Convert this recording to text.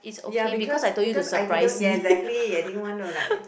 ya because because I didn't ya exactly I didn't want to like